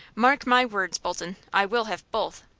mark my words, bolton, i will have both!